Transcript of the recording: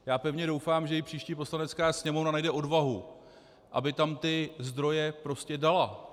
Já pevně doufám, že i příští Poslanecká sněmovna najde odvahu, aby tam ty zdroje prostě dala.